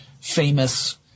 famous